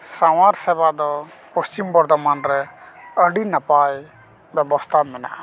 ᱥᱟᱶᱟᱨ ᱥᱮᱵᱟ ᱫᱚ ᱯᱚᱥᱪᱤᱢ ᱵᱚᱨᱫᱷᱚᱢᱟᱱ ᱨᱮ ᱟᱹᱰᱤ ᱱᱟᱯᱟᱭ ᱵᱮᱵᱚᱥᱛᱟ ᱢᱮᱱᱟᱜᱼᱟ